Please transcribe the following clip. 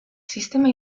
sistema